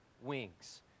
wings